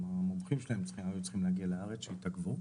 מומחים שהיו צריכים להגיע לארץ שהתעכבו.